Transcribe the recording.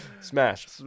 Smash